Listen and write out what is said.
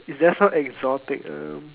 is there some exotic uh